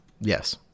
Yes